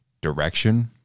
direction